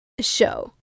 show